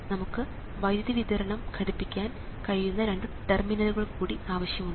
നമുക്ക് വൈദ്യുതി വിതരണം ഘടിപ്പിക്കാൻ കഴിയുന്ന രണ്ട് ടെർമിനലുകൾ കൂടി ആവശ്യമാണ്